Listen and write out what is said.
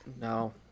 no